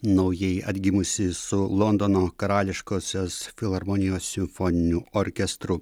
naujai atgimusi su londono karališkosios filharmonijos simfoniniu orkestru